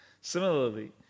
Similarly